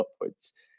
upwards